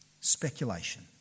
speculation